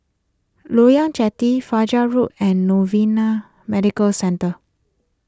Loyang Jetty Fajar Road and Novena Medical Centre